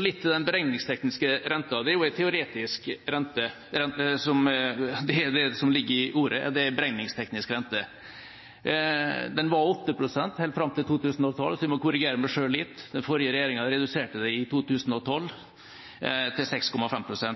Litt til den beregningstekniske renten. Det er en teoretisk rente, som det ligger i ordet. Den var 8 pst. helt fram til 2012, så jeg må korrigere meg selv litt. Den forrige regjeringa reduserte den i 2012 til 6,5 pst.